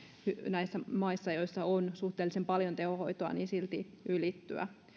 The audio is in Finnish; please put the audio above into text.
näissä maissa joissa on suhteellisen paljon tehohoitoa silti ylittyä